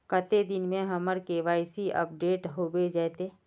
कते दिन में हमर के.वाई.सी अपडेट होबे जयते?